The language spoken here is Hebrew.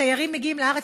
מתיירים שמגיעים לארץ,